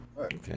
Okay